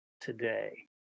today